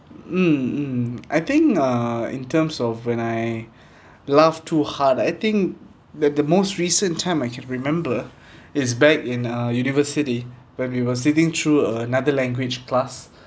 mm mm I think uh in terms of when I laugh too hard I think the the most recent time I can remember is back in a university when we were sitting through uh another language class